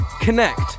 connect